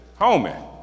homie